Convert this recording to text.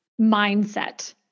mindset